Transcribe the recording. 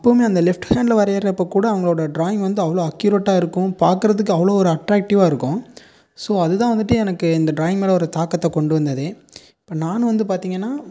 அப்போவும் அந்த லெஃப்ட் ஹேண்டில் வரைகிறப்ப கூட அவங்களோட டிராயிங் வந்து அவ்வளோ அக்யூரட்டாக இருக்கும் பார்க்கறதுக்கு அவ்வளோ ஒரு அட்ராக்டிவாக இருக்கும் ஸோ அதுதான் வந்துட்டு எனக்கு இந்த டிராயிங் மேலே ஒரு தாக்கத்தை கொண்டு வந்தது இப்போது நானும் வந்து பார்த்திங்கன்னா